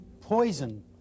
poison